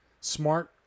smart